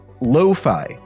Lo-Fi